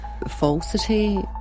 Falsity